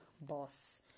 boss